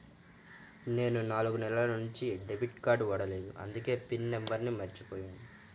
నేను నాలుగు నెలల నుంచి డెబిట్ కార్డ్ వాడలేదు అందుకే పిన్ నంబర్ను మర్చిపోయాను